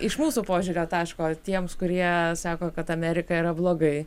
iš mūsų požiūrio taško tiems kurie sako kad amerika yra blogai